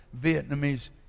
Vietnamese